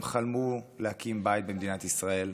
הם חלמו להקים בית במדינת ישראל,